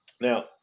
Now